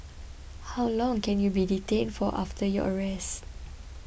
how long can you be detained for after your arrest